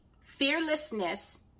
fearlessness